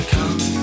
Come